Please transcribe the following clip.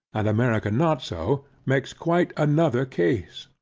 and america not so, make quite another case.